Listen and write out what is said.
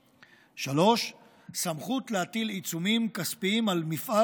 3. סמכות להטיל עיצומים כספיים על מפעל